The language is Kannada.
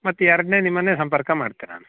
ಮತ್ತೆ ಎರಡ್ನೇ ನಿಮ್ಮನ್ನೇ ಸಂಪರ್ಕ ಮಾಡ್ತೆ ನಾನು